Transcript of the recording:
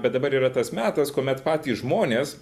bet dabar yra tas metas kuomet patys žmonės